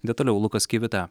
detaliau lukas kivita